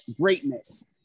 greatness